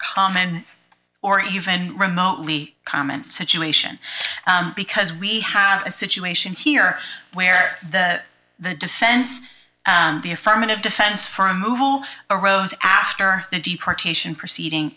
common or even remotely common situation because we have a situation here where the the defense the affirmative defense for a move all arose after the deportation proceeding